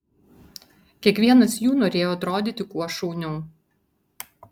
kiekvienas jų norėjo atrodyti kuo šauniau